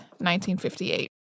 1958